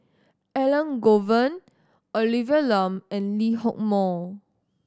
Elangovan Olivia Lum and Lee Hock Moh